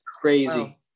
crazy